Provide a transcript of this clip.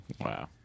wow